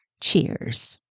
Cheers